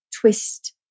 twist